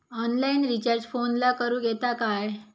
Online recharge फोनला करूक येता काय?